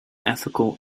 ethical